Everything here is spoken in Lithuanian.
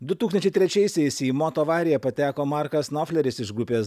du tūkstančiai trečiaisiais į motoavariją pateko markas nofleris iš grupės